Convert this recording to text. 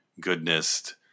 goodness